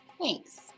Thanks